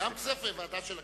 זו גם ועדה של הכנסת,